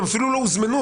הם אפילו לא הוזמנו.